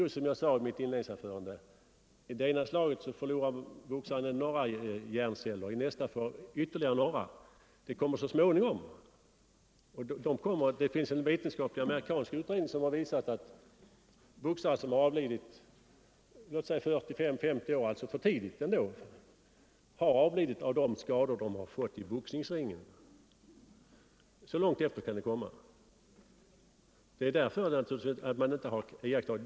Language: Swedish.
Som jag sade i mitt inledningsanförande: i det ena slaget förlorar boxaren några hjärnceller, i nästa förlorar han ytterligare några. Det kommer så småningom. Det finns en ventenskaplig amerikansk utredning som visar att boxare som avlidit i 45—-50 årsåldern, alltså en för tidig död, har avlidit av de skador de fått i boxningsringen. Så långt efter kan det komma. Det är därför man inte kunnat iaktta några skador.